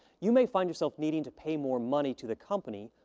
you may find yourself needing to pay more money to the company.